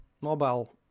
mobile